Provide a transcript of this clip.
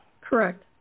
correct